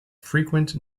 frequent